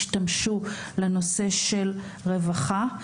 השתמשו לנושא של רווחה.